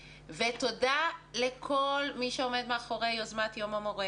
ותודה לכל מי שעומד מאחורי יוזמת יום המורה